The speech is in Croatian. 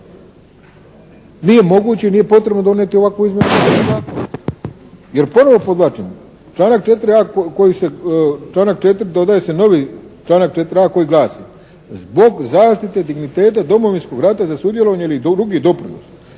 nije moguće, nije potrebno donijeti … /Ne razumije se./ … zakona. Jer ponovo podvlačim, članak 4.a koji se, članak 4. dodaje se novi članak 4.a koji glasi: "Zbog zaštite digniteta Domovinskog rata i za sudjelovanje ili drugi doprinosi